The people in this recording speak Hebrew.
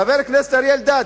חבר הכנסת אריה אלדד,